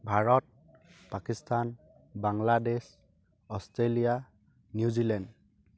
Bharat Pakistan Bangladesh Australia New Zealand